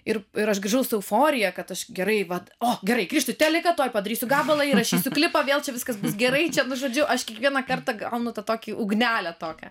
ir ir aš grįžau su euforija kad aš gerai vat o grįžtu į teliką kad tuoj padarysiu gabalą įrašysiu klipą vėl čia viskas bus gerai čia nu žodžiu aš kiekvieną kartą gaunu tą tokį ugnelę tokią